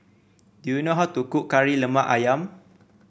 do you know how to cook Kari Lemak ayam